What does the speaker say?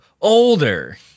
older